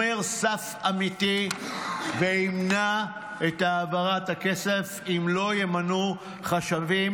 סף אמיתי וימנע את העברת הכסף אם לא ימנו חשבים,